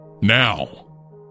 Now